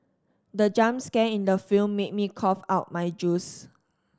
the jump scare in the film made me cough out my juice